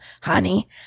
honey